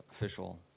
official